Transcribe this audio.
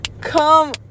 Come